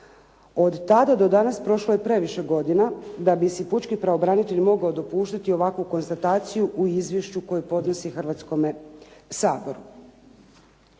Od tada do danas prošlo je previše godina da bi si pučki pravobranitelj mogao dopuštati ovakvu konstataciju u izvješću koje podnosi Hrvatskome saboru.